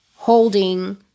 holding